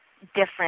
different